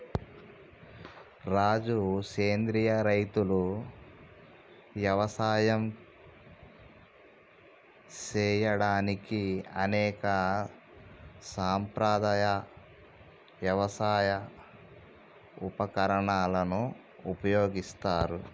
రాజు సెంద్రియ రైతులు యవసాయం సేయడానికి అనేక సాంప్రదాయ యవసాయ ఉపకరణాలను ఉపయోగిస్తారు